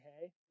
hey